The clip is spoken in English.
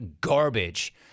garbage